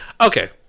Okay